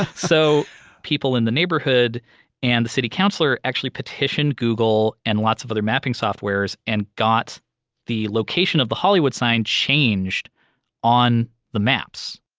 ah so people in the neighborhood and the city counselor actually petitioned google and lots of other mapping softwares and got the location of the hollywood sign changed on the maps.